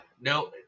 No